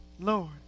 Lord